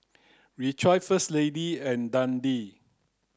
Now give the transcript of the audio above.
Rejoice First Lady and Dundee